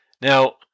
Now